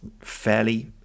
fairly